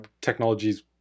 technologies